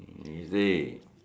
is it